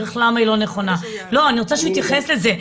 למה היא לא נכונה ואני רוצה שהוא יתייחס לזה.